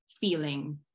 feeling